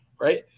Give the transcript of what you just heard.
right